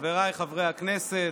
חבריי חברי הכנסת,